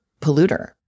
polluter